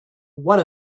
one